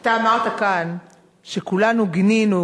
אתה אמרת כאן שכולנו גינינו,